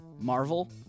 Marvel